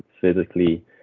physically